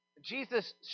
Jesus